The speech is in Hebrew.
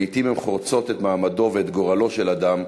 לעתים הן חורצות את מעמדו ואת גורלו של אדם.